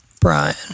Brian